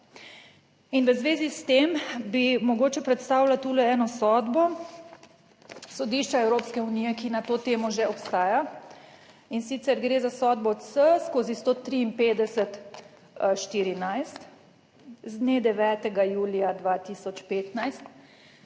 In v zvezi s tem bi mogoče predstavila tule eno sodbo Sodišča Evropske unije, ki na to temo že obstaja, in sicer gre za sodbo C/153-14 z dne 9. julija 2015,